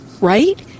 right